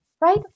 right